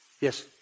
Yes